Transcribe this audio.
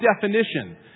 definition